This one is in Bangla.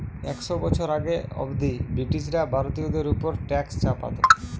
একশ বছর আগে অব্দি ব্রিটিশরা ভারতীয়দের উপর ট্যাক্স চাপতো